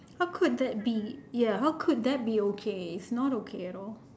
how could that be ya how could that be okay it's not okay at all